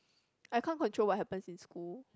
I can't control what happens in school